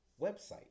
website